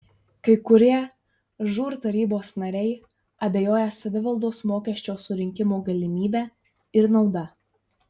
kai kurie žūr tarybos nariai abejoja savivaldos mokesčio surinkimo galimybe ir nauda